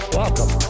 welcome